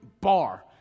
bar